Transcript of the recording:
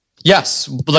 Yes